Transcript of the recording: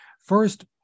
First